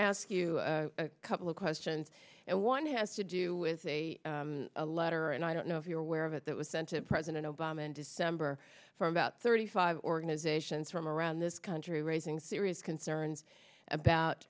ask you a couple of questions and one has to do with a letter and i don't know if you're aware of it that was sent to president obama in december for about thirty five organizations from around this country raising serious concerns about